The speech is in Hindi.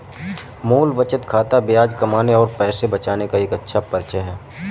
मूल बचत खाता ब्याज कमाने और पैसे बचाने का एक अच्छा परिचय है